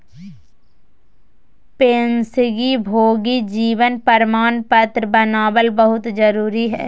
पेंशनभोगी जीवन प्रमाण पत्र बनाबल बहुत जरुरी हइ